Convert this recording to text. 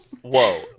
whoa